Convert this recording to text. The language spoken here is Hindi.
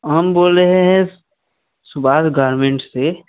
हम बोल रहे हैं सुभाष गारमेंट से